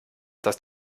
dass